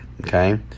Okay